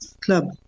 club